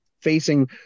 facing